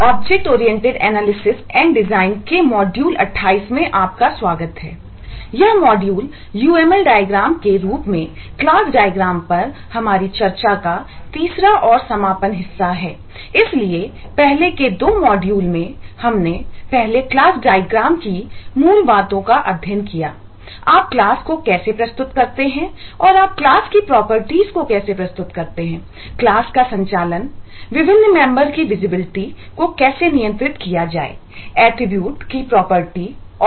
object oriented analysis and design की property और